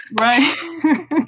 Right